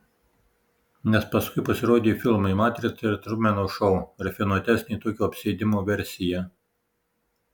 nes paskui pasirodė filmai matrica ir trumeno šou rafinuotesnė tokio apsėdimo versija